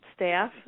staff